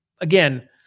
again